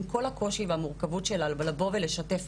עם כל הקושי והמורכבות שלה לבוא ולשתף,